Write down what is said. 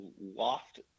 loft